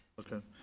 okay.